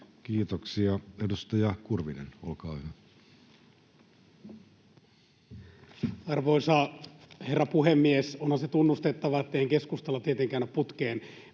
Kiitoksia. — Edustaja Kurvinen, olkaa hyvä. Arvoisa herra puhemies! Onhan se tunnustettava, etteivät keskustalla tietenkään ole